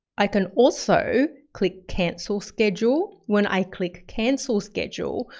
i can also click cancel schedule. when i click cancel schedule,